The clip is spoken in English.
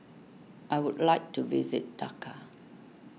I would like to visit Dhaka